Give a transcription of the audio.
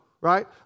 right